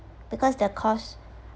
because the cost